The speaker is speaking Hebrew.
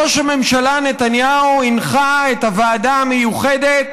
ראש הממשלה נתניהו הנחה את הוועדה המיוחדת